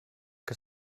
que